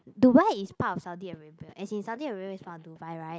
Dubai is part of Saudi Arabia as in Saudi Arabia is part of Dubai right